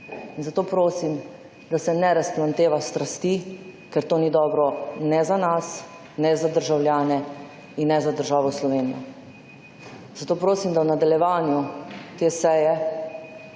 Zato prosim, da se ne razplamteva strasti, ker to ni dobro ne za nas, ne za državljane in ne za državo Slovenijo. Zato prosim, da v nadaljevanju te seje